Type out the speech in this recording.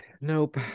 Nope